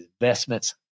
investments